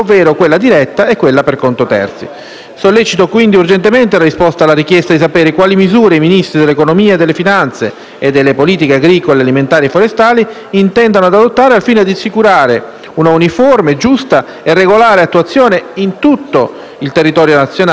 Sollecito quindi urgentemente la risposta alla richiesta di sapere quali misure i Ministri dell'economia e delle finanze e delle politiche agricole alimentari e forestali intendano adottare al fine di assicurare una uniforme, giusta e regolare attuazione in tutto il territorio nazionale delle disposizioni vigenti in materia.